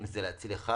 אם זה להציל אחד.